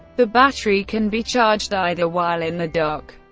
the battery can be charged either while in the dock,